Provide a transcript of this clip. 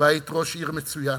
והיית ראש עיר מצוינת.